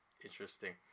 interesting